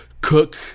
Cook